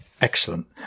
Excellent